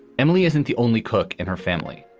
emily isn't the only cook in her family,